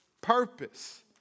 purpose